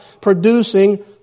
producing